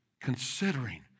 considering